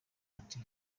ati